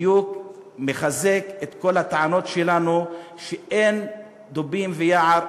בדיוק מחזק את כל הטענות שלנו שאין דובים ויער,